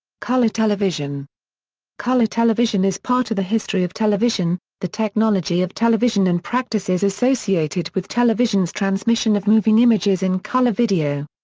color television color television is part of the history of television, the technology of television and practices associated with television's transmission of moving images in color video.